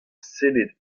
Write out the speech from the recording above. sellet